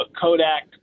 Kodak